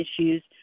issues